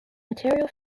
material